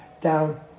down